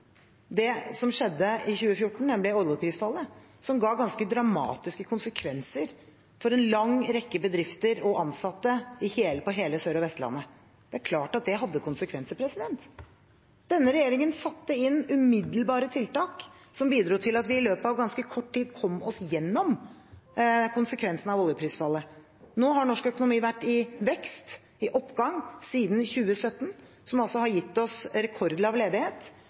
det som skjedde i 2014, nemlig oljeprisfallet, som fikk ganske dramatiske konsekvenser for en lang rekke bedrifter og ansatte på hele Sør- og Vestlandet. Det er klart at det hadde konsekvenser. Denne regjeringen satte inn umiddelbare tiltak, som bidro til at vi i løpet av ganske kort tid kom oss gjennom konsekvensene av oljeprisfallet. Nå har norsk økonomi vært i vekst, i oppgang, siden 2017, noe som altså har gitt oss rekordlav ledighet